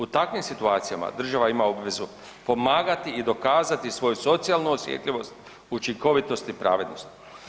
U takvim situacijama država ima obvezu pomagati i dokazati svoju socijalnu osjetljivost, učinkovitost i pravednost.